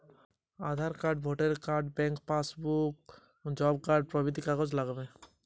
সামাজিক প্রকল্প এ আবেদন করতে গেলে কি কাগজ পত্র লাগবে?